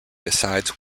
decides